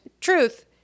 truth